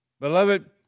Beloved